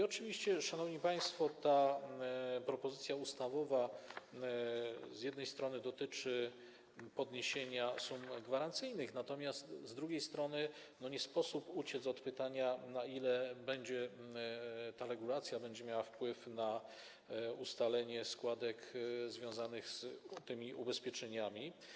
Oczywiście, szanowni państwo, ta propozycja ustawowa z jednej strony dotyczy tylko podniesienia sum gwarancyjnych, natomiast z drugiej strony nie sposób uciec od pytania, jaki ta regulacja będzie miała wpływ na ustalenie składek związanych z ubezpieczeniami.